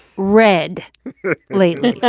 read lately?